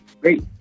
Great